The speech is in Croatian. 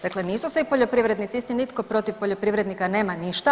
Dakle, nisu svi poljoprivrednici isti, nitko protiv poljoprivrednika nema ništa.